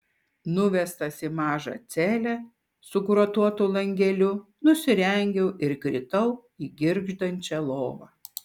nuvestas į mažą celę su grotuotu langeliu nusirengiau ir kritau į girgždančią lovą